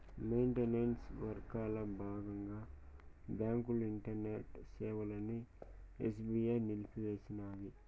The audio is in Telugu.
మెయింటనెన్స్ వర్కల బాగంగా బాంకుల ఇంటర్నెట్ సేవలని ఎస్బీఐ నిలిపేసినాది